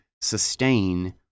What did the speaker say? sustain